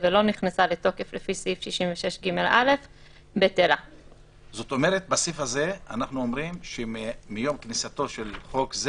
יש שם אלימות וכל מה שאנחנו מונעים לומר מהשוק הפלילי והאפור.